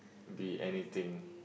be anything